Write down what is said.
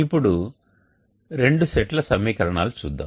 ఇప్పుడు రెండు సెట్ల సమీకరణాలు చూద్దాం